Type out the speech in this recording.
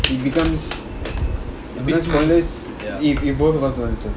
it becomes if if both of us don't want to study